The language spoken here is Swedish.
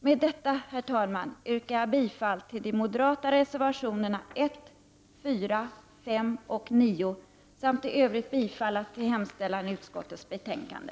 Med detta, herr talman, yrkar jag bifall till de moderata reservationerna 1,4, 5 och 9 samt i övrigt bifall till hemställan i utskottets betänkande.